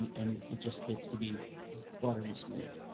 and it just gets to be buttery smooth.